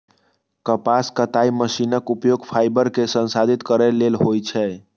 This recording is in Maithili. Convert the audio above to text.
कपास कताइ मशीनक उपयोग फाइबर कें संसाधित करै लेल होइ छै